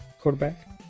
Quarterback